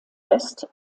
west